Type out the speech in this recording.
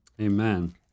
Amen